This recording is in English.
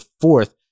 fourth